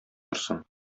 торсын